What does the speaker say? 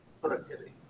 productivity